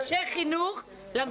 על מערכת החינוך צריך להילחם.